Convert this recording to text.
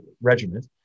regiment